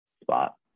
spot